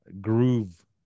Groove